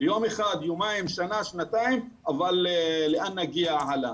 יום אחד יומיים, שנה, שנתיים, אבל לאן נגיע הלאה?